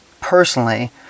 personally